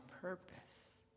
purpose